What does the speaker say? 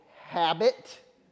habit